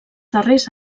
darrers